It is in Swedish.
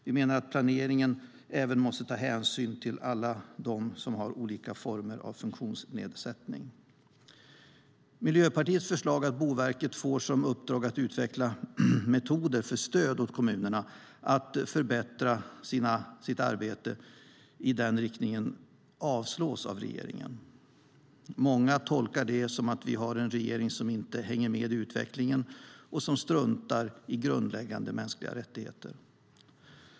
Vi menar också att planeringen även måste ta hänsyn till alla dem som har olika former av funktionsnedsättning. Miljöpartiets förslag att Boverket får i uppdrag att utveckla metoder för stöd åt kommunerna att förbättra sitt arbete i den riktningen avslås av regeringen. Många tolkar det som att vi har en regering som inte hänger med i utvecklingen och som struntar i grundläggande mänskliga rättigheter.